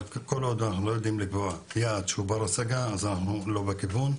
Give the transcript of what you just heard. אבל כל עוד אנחנו לא יודעים לקבוע יעד בר השגה אנחנו לא בכיוון.